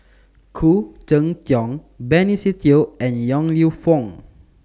Khoo Cheng Tiong Benny Se Teo and Yong Lew Foong